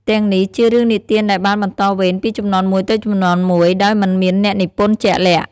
ទាំងនេះជារឿងនិទានដែលបាន បន្តវេនពីជំនាន់មួយទៅជំនាន់មួយ ដោយមិនមានអ្នកនិពន្ធជាក់លាក់ ។